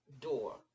door